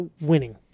winning